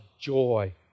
joy